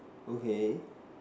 okay